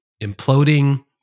imploding